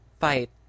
fight